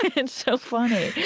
it's so funny oh,